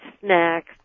snacks